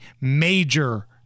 major